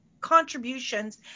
contributions